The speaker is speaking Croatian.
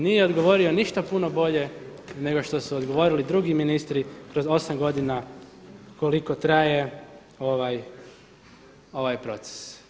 Nije odgovorio ništa puno bolje nego što su odgovorili drugi ministri kroz osam godina koliko traje ovaj proces.